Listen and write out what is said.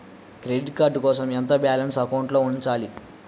Credit card కోసం ఎంత balance అకౌంట్లో ఉంచాలి?